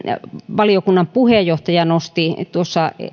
valiokunnan puheenjohtaja nosti tuossa